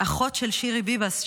אחות של שירי ביבס,